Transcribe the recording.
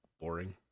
boring